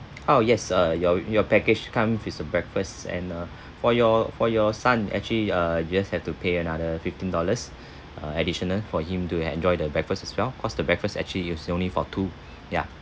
oh yes uh your your package comes with a breakfast and uh for your for your son actually uh you just have to pay another fifteen dollars uh additional for him to enjoy the breakfast as well because the breakfast actually is only for two ya